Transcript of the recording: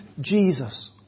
Jesus